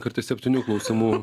kartais septynių klausimų